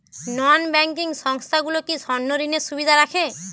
নন banking সংস্থাগুলো কি স্বর্ণঋণের সুবিধা রাখে?